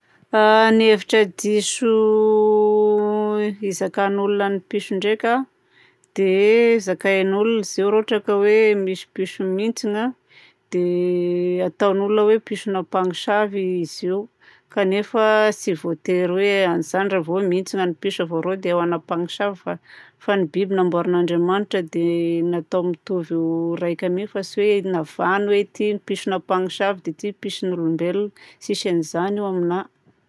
A ny hevitra diso izakan'olona ny piso ndraika a dia zakain'olona izy io raha ohatra ka hoe misy piso mintsina dia ataon'olona hoe pisona mpamosavy izy io kanefa tsy voatery hoe an'izany vao mintsina ny piso avao rô dia ho anahy mpamosavy. Fa fa ny biby namboarin'Andriamanitra dia natao mitovy raika mi fa tsy hoe navahany hoe ity pisona mpamosavy dia ity pison'olombelona. Tsisy an'izany io aminahy!